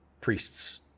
priests